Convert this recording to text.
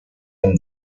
him